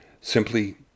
Simply